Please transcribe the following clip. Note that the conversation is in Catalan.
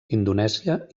indonèsia